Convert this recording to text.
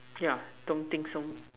yeah don't think so